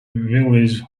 village